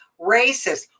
racist